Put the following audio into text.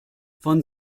von